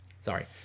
sorry